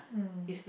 mm